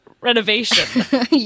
renovation